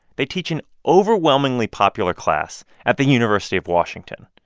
they teach an overwhelmingly popular class at the university of washington.